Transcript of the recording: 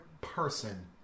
person